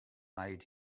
made